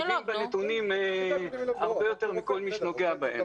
מבין בנתונים הרבה יותר מכל מי שנוגע בהם.